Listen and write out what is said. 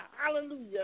Hallelujah